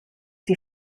die